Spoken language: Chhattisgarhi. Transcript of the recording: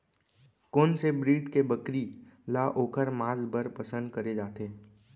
कोन से ब्रीड के बकरी ला ओखर माँस बर पसंद करे जाथे?